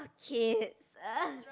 kids !ugh!